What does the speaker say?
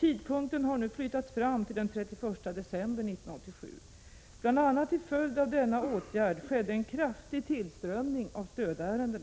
Tidpunkten har nu flyttats fram till den 31 december 1987. Bl.a. till följd av denna åtgärd skedde en kraftig tillströmning av stödärenden.